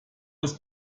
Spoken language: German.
aus